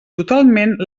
totalment